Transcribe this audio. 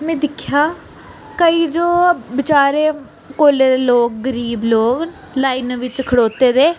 में दिक्खेआ केईं जो बेचारे कोल्ले दे लोग गरीब लोग लाइनें बिच्च खड़ोते दे